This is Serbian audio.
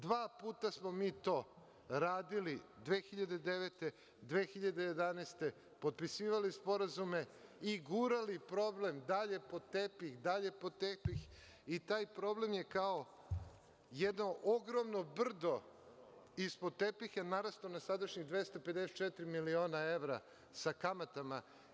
Dva puta smo mi to radili 2009. i 2011. godine, potpisivali sporazume i gurali problem dalje pod tepih, dalje pod tepih i taj problem je kao jedno ogromno brdo ispod tepiha narastao na sadašnjih 254 miliona evra sa kamatama.